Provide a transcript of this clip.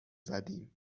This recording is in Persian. زدیم